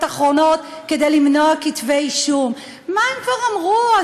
אחרונות" כדי למנוע כתבי אישום: מה הם כבר אמרו?